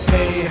Hey